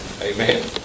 Amen